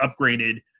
upgraded